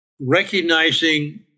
recognizing